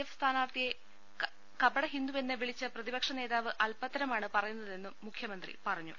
F സ്ഥാനാർത്ഥിയെ കപടഹിന്ദു എന്ന് വിളിച്ച പ്രതിപക്ഷ നേതാവ് അൽപ്പത്തരമാണ് പറയുന്നതെന്നും മുഖ്യമന്ത്രി പറഞ്ഞു